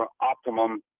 optimum